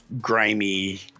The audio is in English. grimy